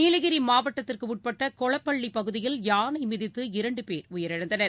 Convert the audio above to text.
நீலகிரி மாவட்டத்திற்கு உட்பட்ட கொளப்பள்ளி பகுதியில் யானை மிதித்து இரண்டு பேர் உயிரிழந்தனர்